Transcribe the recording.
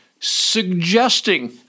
suggesting